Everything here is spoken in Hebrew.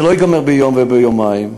זה לא ייגמר ביום או ביומיים.